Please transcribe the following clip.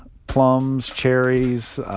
plums, cherries,